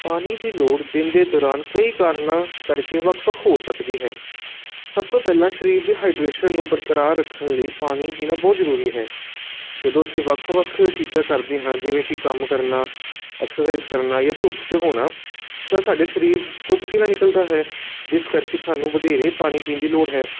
ਪਾਣੀ ਦੀ ਲੋੜ ਦਿਨ ਦੇ ਦੌਰਾਨ ਕਈ ਕਾਰਨਾਂ ਕਰਕੇ ਵੱਖ ਵੱਖ ਹੋ ਸਕਦੀ ਹੈ ਸਭ ਤੋਂ ਪਹਿਲਾਂ ਸਰੀਰ ਦੇ ਹਾਈਡਰੇਸ਼ਨ ਨੂੰ ਬਰਕਰਾਰ ਰੱਖਣ ਲਈ ਪਾਣੀ ਪੀਣਾ ਬਹੁਤ ਜ਼ਰੂਰੀ ਹੈ ਜਦੋਂ ਅਸੀਂ ਵੱਖ ਵੱਖ ਚੀਜ਼ਾਂ ਕਰਦੇ ਹਾਂ ਜਿਵੇਂ ਕਿ ਕੰਮ ਕਰਨਾ ਐਕਸਰਸਾਈਜ਼ ਕਰਨਾ ਜਾਂ ਧੁੱਪ 'ਚ ਹੋਣਾ ਤਾਂ ਸਾਡੇ ਸਰੀਰ ਤੋਂ ਪਸੀਨਾ ਨਿਕਲਦਾ ਹੈ ਜਿਸ ਕਰਕੇ ਸਾਨੂੰ ਵਧੇਰੇ ਪਾਣੀ ਪੀਣ ਦੀ ਲੋੜ ਹੈ